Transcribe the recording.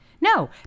No